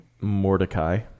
Mordecai